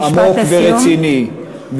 עמוק ורציני,